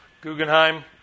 Guggenheim